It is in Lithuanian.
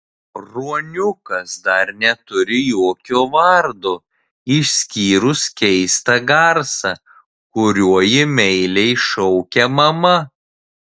ruoniukas dar neturi jokio vardo išskyrus keistą garsą kuriuo jį meiliai šaukia mama